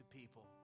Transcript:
people